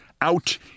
out